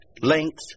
length